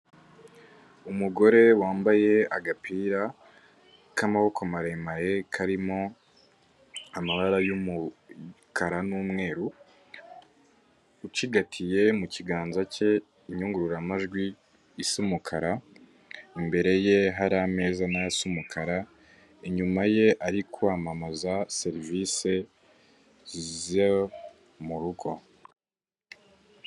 Umugore wambaye agapira k'amaboko maremare karimo amabara y'umukara n'umweru, ucigatiye mu kiganza cye inyunguramajwi isa umukara, imbere ye hari ameza nayo asa umukara, inyuma ye ari kwamamaza serivisi zo mu rugo.